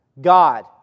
God